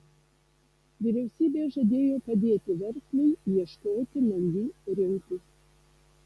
vyriausybė žadėjo padėti verslui ieškoti naujų rinkų